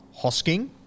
Hosking